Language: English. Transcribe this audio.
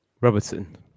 Robertson